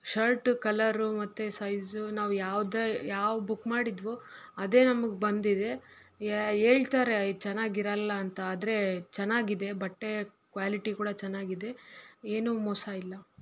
shirt colour ಮತ್ತು size ನಾವು ಯಾವುದೇ ಯಾವ ಬುಕ್ ಮಾಡಿದ್ದೆವೋ ಅದೇ ನಮಗೆ ಬಂದಿದೆ ಯೆ ಹೇಳ್ತಾರೆ ಇದು ಚೆನ್ನಾಗಿರಲ್ಲ ಅಂತ ಆದರೆ ಚೆನ್ನಾಗಿದೆ ಬಟ್ಟೆ ಕ್ವ್ಯಾಲಿಟಿ ಕೂಡ ಚೆನ್ನಾಗಿದೆ ಏನೂ ಮೋಸ ಇಲ್ಲ